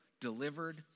delivered